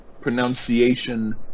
pronunciation